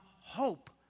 hope